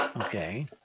Okay